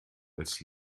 als